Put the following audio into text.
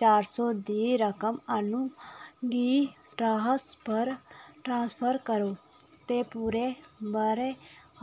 चार सौ दी रकम अनु गी ट्रांस फर ट्रांसफर करो ते पूरे ब'रे